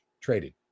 traded